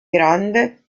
grande